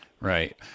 Right